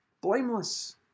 Blameless